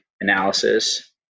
analysis